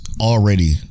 already